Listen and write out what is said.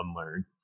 unlearn